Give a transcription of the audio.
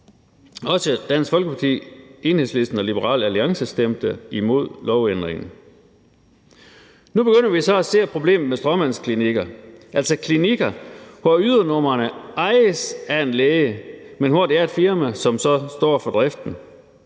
Også Dansk Folkeparti, Enhedslisten og Liberal Alliance stemte imod lovændringen. Nu begynder vi så at se problemerne med stråmandsklinikker, altså klinikker, hvor ydernumrene ejes af en læge, men hvor det er et firma, som så står for driften.